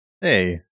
Hey